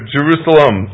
Jerusalem